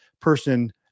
person